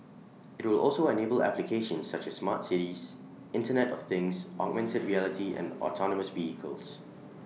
IT will also enable applications such as smart cities Internet of things augmented reality and autonomous vehicles